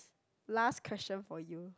last question for you